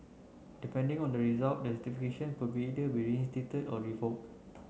depending on the result the could or revoke